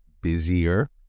busier